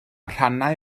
rhannau